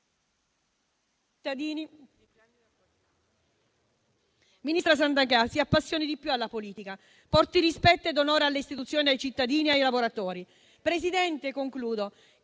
il Presidente - si appassioni di più alla politica, porti rispetto e onore alle istituzioni, ai cittadini e ai lavoratori. Presidente, chi